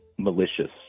malicious